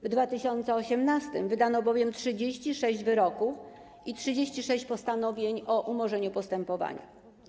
W 2018 r. wydano bowiem 36 wyroków i 36 postanowień o umorzeniu postępowania.